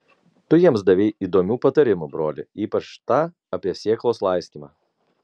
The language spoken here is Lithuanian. tu jiems davei įdomių patarimų broli ypač tą apie sėklos laistymą